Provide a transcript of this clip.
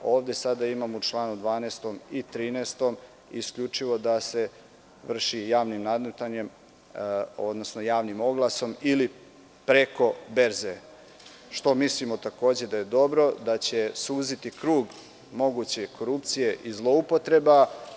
Ovde sada imamo u članu 12. i 13. isključivo da se vrši javnim nadmetanjem, odnosno javnim oglasom ili preko berze, što mislimo takođe da je dobro, da će suziti krug moguće korupcije i zloupotreba.